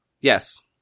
Yes